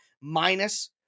minus